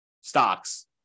stocks